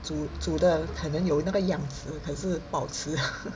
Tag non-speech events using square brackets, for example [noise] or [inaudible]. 煮煮的可能有那个样子可是不好吃 [laughs]